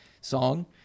song